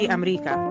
America